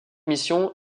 mission